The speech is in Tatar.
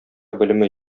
белеме